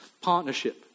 partnership